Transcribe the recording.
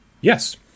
Yes